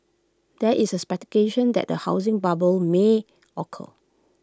there is A speculation that A housing bubble may occur